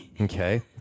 Okay